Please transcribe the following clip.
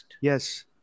Yes